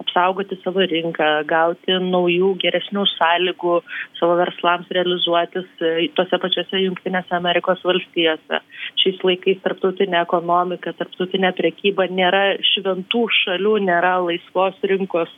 apsaugoti savo rinką gauti naujų geresnių sąlygų savo verslams realizuotis tose pačiose jungtinėse amerikos valstijose šiais laikais tarptautinė ekonomika tarptautinė prekyba nėra šventų šalių nėra laisvos rinkos